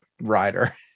rider